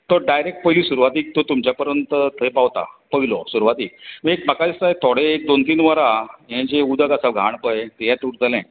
तो डायरेक पयली सुरवातीक तो तुमच्या परंत थंय पावता पळयलो सुरवातीक माय एक म्हाका दिसता थोडे एक दोन तीन वोरां हें जें उदक आसा घाण पळय हेंच उरतलें